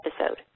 episode